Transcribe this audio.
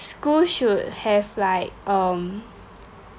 schools should have like um